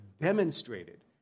demonstrated